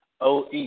OE